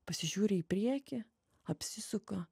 pasižiūri į priekį apsisuka